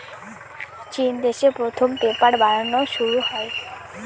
চিন দেশে প্রথম পেপার বানানো শুরু হয়